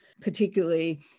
particularly